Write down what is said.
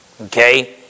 Okay